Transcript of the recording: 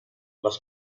les